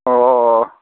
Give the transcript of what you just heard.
ꯑꯣ